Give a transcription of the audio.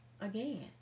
again